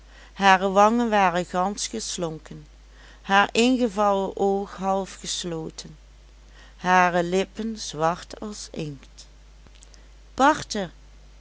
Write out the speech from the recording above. hare wangen waren gansch geslonken haar ingevallen oog half gesloten hare lippen zwart als inkt barte